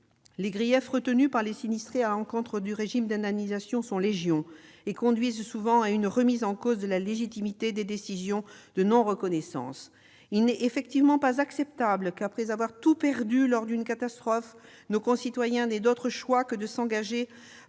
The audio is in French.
Les griefs des sinistrés à l'encontre du régime d'indemnisation sont légion et conduisent souvent à une remise en cause de la légitimité des décisions de non-reconnaissance. Il n'est effectivement pas acceptable qu'après avoir tout perdu lors d'une catastrophe nos concitoyens n'aient d'autre choix que de s'engager,